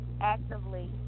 actively